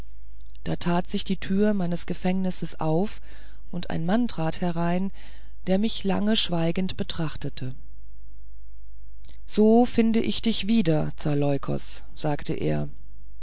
da tat sich die türe meines gefängnisses auf und ein mann trat herein der mich lange schweigend betrachtete so finde ich dich wieder zaleukos sagte er